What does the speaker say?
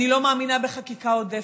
אני לא מאמינה בחקיקה עודפת,